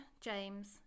James